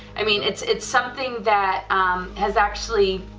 i mean it's it's something that has actually